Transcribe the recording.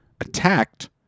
attacked